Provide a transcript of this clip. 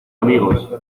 amigos